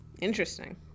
Interesting